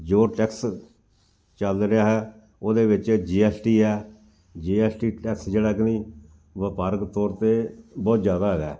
ਜੋ ਟੈਕਸ ਚੱਲ ਰਿਹਾ ਹੈ ਉਹਦੇ ਵਿੱਚ ਜੀ ਐੱਸ ਟੀ ਹੈ ਜੀ ਐੱਸ ਟੀ ਟੈਕਸ ਜਿਹੜਾ ਕਿ ਵਪਾਰਕ ਤੌਰ 'ਤੇ ਬਹੁਤ ਜ਼ਿਆਦਾ ਹੈਗਾ